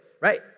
Right